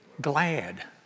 Glad